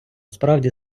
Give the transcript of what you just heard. справді